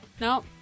No